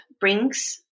brings